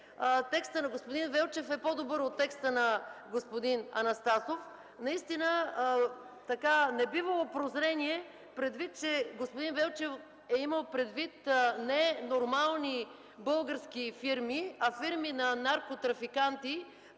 текстът на господин Велчев е по-добър от текста на господин Анастасов. Небивало прозрение, защото господин Велчев е имал предвид не нормални български фирми, а фирми на наркотрафиканти,